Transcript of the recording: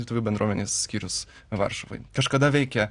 lietuvių bendruomenės skyrius varšuvoj kažkada veikė